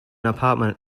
apartment